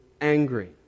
angry